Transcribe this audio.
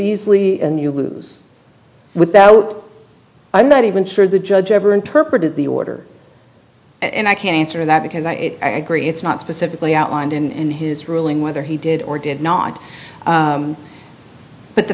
easley and you lose with that oh i'm not even sure the judge ever interpreted the order and i can't answer that because i agree it's not specifically outlined in his ruling whether he did or did not but the